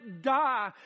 die